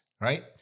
right